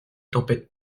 tempête